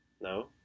No